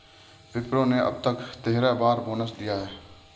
विप्रो ने अब तक तेरह बार बोनस दिया है